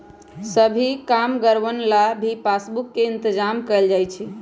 सभी कामगारवन ला भी पासबुक के इन्तेजाम कइल जा हई